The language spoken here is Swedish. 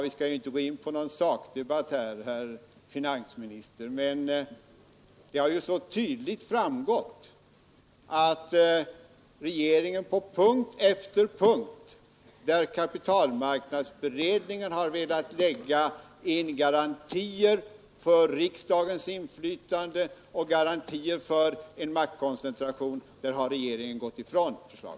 Vi skall inte gå in på någon sakdebatt här, herr finansminister, men det har ju så tydligt framgått att regeringen på punkt efter punkt, där kapitalmarknadsutredningen har velat lägga in garantier för riksdagens inflytande och garantier mot maktkoncentration, har gått ifrån utredningens förslag.